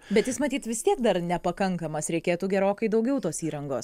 bet jis matyt vis tiek dar nepakankamas reikėtų gerokai daugiau tos įrangos